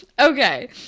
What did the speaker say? Okay